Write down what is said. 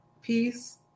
peace